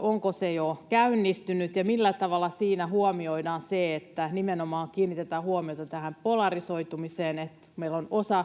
onko se jo käynnistynyt? Millä tavalla siinä huomioidaan se, että nimenomaan kiinnitetään huomiota tähän polarisoitumiseen, että meillä osa